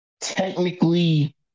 Technically